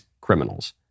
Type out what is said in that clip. criminals